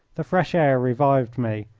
the fresh air revived me,